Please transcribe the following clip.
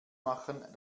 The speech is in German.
machen